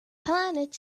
planet